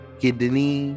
kidney